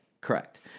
correct